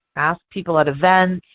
ask people at events.